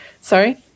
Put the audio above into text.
Sorry